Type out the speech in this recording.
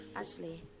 Ashley